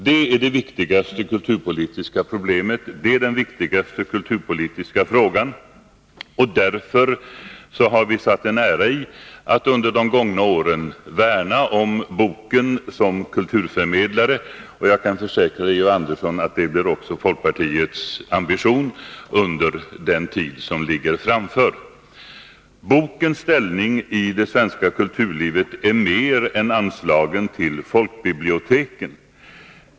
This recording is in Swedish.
Detta är det viktigaste kulturpolitiska problemet och den viktigaste kulturpolitiska frågan, och därför har vi satt en ära i att under de gångna året värna om boken som kulturförmedlare. Och jag kan försäkra Georg Andersson att det också blir folkpartiets ambition under den tid som ligger framför oss. Bokens ställning i det svenska kulturlivet handlar om mer än anslagen till folkbiblioteken.